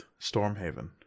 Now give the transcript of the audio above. Stormhaven